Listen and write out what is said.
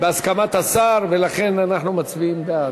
בהסכמת השר, ולכן אנחנו מצביעים בעד.